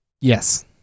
Yes